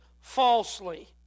falsely